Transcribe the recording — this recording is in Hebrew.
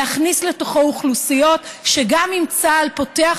להכניס לתוכו אוכלוסיות שגם אם צה"ל פותח